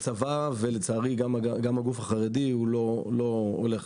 הצבא, ולצערי, גם הגוף החרדי לא הולך.